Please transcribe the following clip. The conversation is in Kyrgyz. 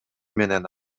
менен